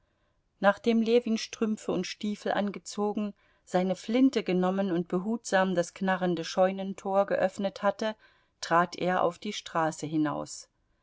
nachdem ljewin strümpfe und stiefel angezogen seine flinte genommen und behutsam das knarrende scheunentor geöffnet hatte trat er auf die straße hinaus